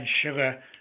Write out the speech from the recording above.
sugar